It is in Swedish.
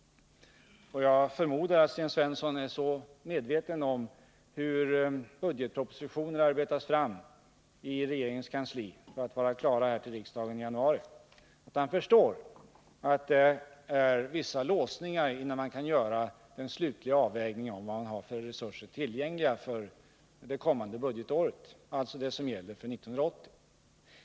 Jag förmodar att Sten Svensson är så medveten om hur budgetpropositionen arbetas fram i regeringens kansli för att vara klar att läggas fram för riksdagen i januari att han förstår att det är vissa låsningar innan man kan göra den slutliga avvägningen av vad man har för resurser tillgängliga för det kommande budgetåret; det gäller här 1980.